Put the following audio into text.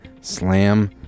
Slam